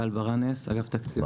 גל ברנס, אגף תקציבים.